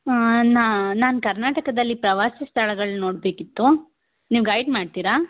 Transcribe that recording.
ಆ ನಾ ನಾನು ಕರ್ನಾಟಕದಲ್ಲಿ ಪ್ರವಾಸಿ ಸ್ಥಳಗಳ ನೋಡ್ಬೇಕಿತ್ತು ನೀವು ಗೈಡ್ ಮಾಡ್ತಿರಾ